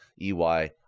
EY